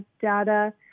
data